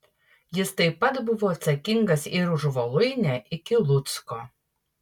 jis taip pat buvo atsakingas ir už voluinę iki lucko